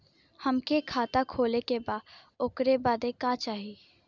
हमके खाता खोले के बा ओकरे बादे का चाही?